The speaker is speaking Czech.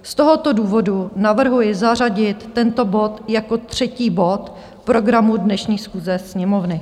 Z tohoto důvodu navrhuji zařadit tento bod jako třetí bod programu dnešní schůze Sněmovny.